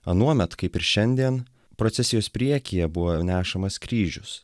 anuomet kaip ir šiandien procesijos priekyje buvo nešamas kryžius